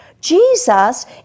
Jesus